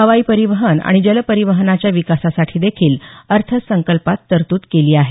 हवाई परिवहन आणि जल परिवहनाच्या विकासासाठीदेखील अर्थसंकल्पात तरतूद केली आहे